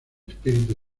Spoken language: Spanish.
espíritu